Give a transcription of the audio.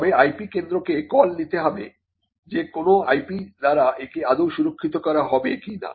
তবে IP কেন্দ্রকে call নিতে হবে যে কোন IP দ্বারা একে আদৌ সুরক্ষিত করা হবে কি না